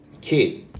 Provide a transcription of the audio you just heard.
Kid